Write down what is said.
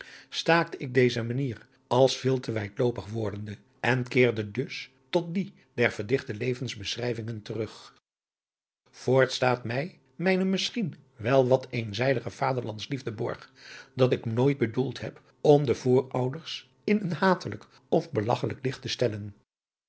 staakte ik deze manier als veel te wijdloopig wordende en keerde dus tot die der verdichte levensbeschrijvingen terug voorts staat mij mijne misschien wel wat eenzijdige vaderlandsliefde borg dat ik nooit bedoeld heb om de voorouders in een hatelijk of belagchelijk licht te stellen